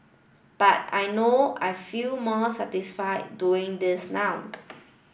but I know I feel more satisfy doing this now